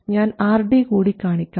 ഞാൻ RD കൂടി കാണിക്കാം